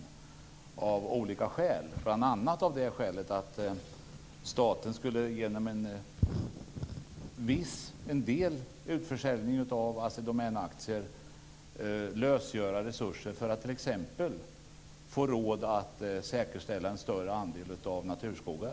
Det finns olika skäl till detta. Ett skäl är att staten genom en del utförsäljning av Assi Domän-aktier skulle kunna lösgöra resurser för att t.ex. få råd att säkerställa en större andel av naturskogar.